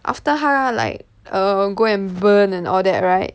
after 它 like err go and burn and all that right